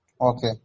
Okay